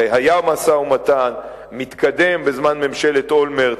הרי היה משא-ומתן מתקדם בזמן ממשלת אולמרט.